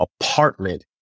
apartment